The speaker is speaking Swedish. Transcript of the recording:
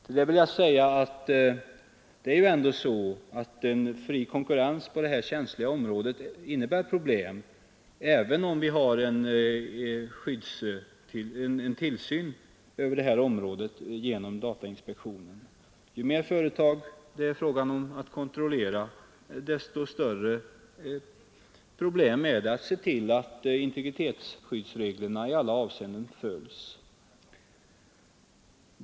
Till det vill jag säga att en fri konkurrens på det här känsliga området innebär problem, även om det sker tillsyn genom datainspektionen. Ju fler företag det är fråga om att kontrollera, desto större problem är det att se till att integritetsskyddsreglerna i alla avseenden följs.